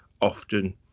often